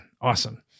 Awesome